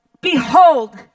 behold